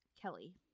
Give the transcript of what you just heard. Kelly